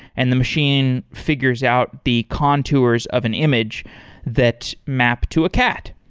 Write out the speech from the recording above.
and the machine figures out the contours of an image that map to a cat.